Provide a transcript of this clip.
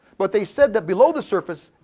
but they said that below the surface.